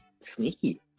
sneaky